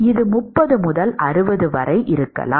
இது 30 முதல் 60 வரை இருக்கலாம்